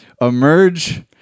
Emerge